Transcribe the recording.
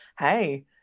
hey